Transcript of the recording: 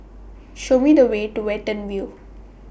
Show Me The Way to Watten View